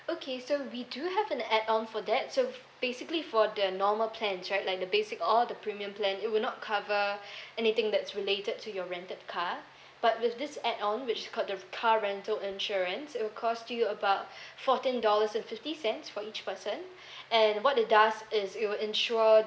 okay so we do have an add on for that so f~ basically for the normal plans right like the basic or the premium plan it will not cover anything that's related to your rented car but with this add on which is called the f~ car rental insurance it will cost you about fourteen dollars and fifty cents for each person and what it does is it will insure